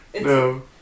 No